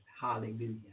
Hallelujah